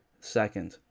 second